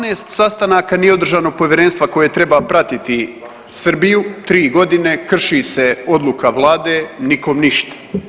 12 sastanaka nije održano povjerenstva koje treba pratiti Srbiju, 3.g. krši se odluka vlade, nikom ništa.